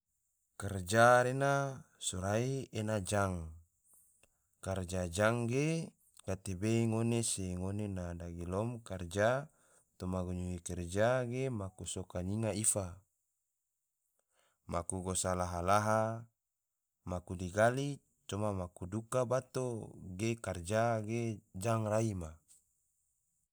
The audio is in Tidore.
Karja rena sorai ena jang, karja jang ge gatebe ngone na dagilom karja toma ganyihi karja ge maku soka nyinga ifa, maku gosa laha laha, maku digali coma maku duka bato ge karja ge jang rai ma.